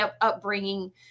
upbringing